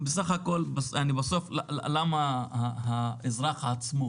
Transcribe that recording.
למה האזרח עצמו